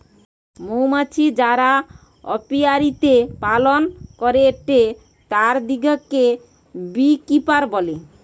মৌমাছি যারা অপিয়ারীতে পালন করেটে তাদিরকে বী কিপার বলে